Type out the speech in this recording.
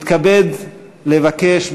מתכבד לבקש,